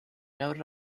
noted